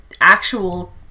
actual